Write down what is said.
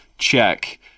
check